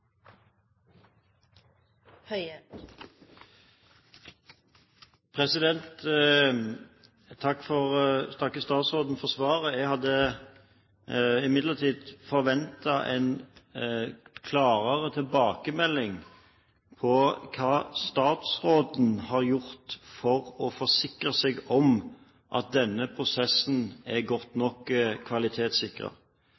takker statsråden for svaret. Jeg hadde imidlertid forventet en klarere tilbakemelding om hva statsråden har gjort for å forsikre seg om at denne prosessen er godt